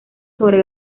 sobre